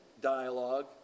dialogue